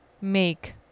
make